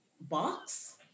box